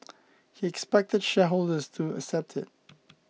he expected shareholders to accept it